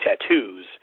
tattoos